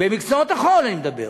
במקצועות החול אני מדבר,